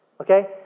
Okay